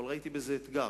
אבל ראיתי בזה אתגר: